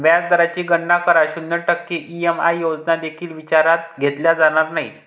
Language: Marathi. व्याज दराची गणना करा, शून्य टक्के ई.एम.आय योजना देखील विचारात घेतल्या जाणार नाहीत